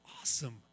awesome